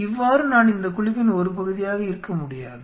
எவ்வாறு நான் இந்த குழுவின் ஒரு பகுதியாக இருக்க முடியாது